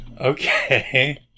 Okay